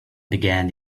began